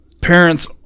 parents